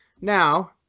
Now